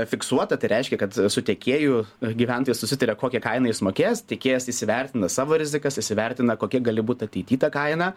fiksuota tai reiškia kad su tiekėju gyventojai susitaria kokia kaina jis mokės tiekėjas įsivertina savo rizikas įsivertina kokia gali būt ateity ta kaina